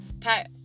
Pat